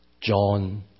John